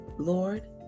Lord